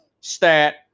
stat